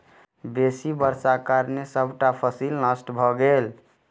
बेसी वर्षाक कारणें सबटा फसिल नष्ट भ गेल